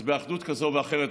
אז באחדות כזו ואחרת,